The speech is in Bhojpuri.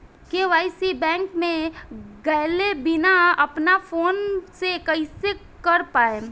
के.वाइ.सी बैंक मे गएले बिना अपना फोन से कइसे कर पाएम?